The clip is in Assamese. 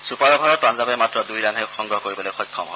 ছুপাৰ অভাৰত পাঞ্জাৱে মাত্ৰ দুই ৰাণহে সংগ্ৰহ কৰিবলৈ সক্ষম হয়